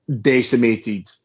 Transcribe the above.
decimated